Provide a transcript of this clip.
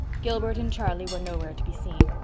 gilbert and charlie were nowhere to be seen.